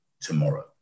tomorrow